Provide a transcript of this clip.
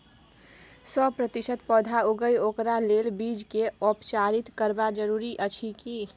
सौ प्रतिसत पौधा उगे ओकरा लेल बीज के उपचारित करबा जरूरी अछि की?